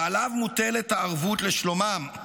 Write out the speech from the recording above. ועליו מוטלת הערבות לשלומם,